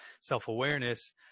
self-awareness